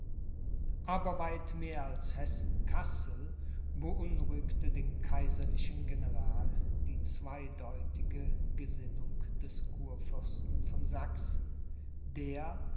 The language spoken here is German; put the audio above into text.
aber weit mehr als hessen kassel beunruhigte den kaiserlichen general die zweideutige gesinnung des kurfürsten von sachsen der